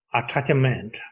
attachment